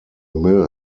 mill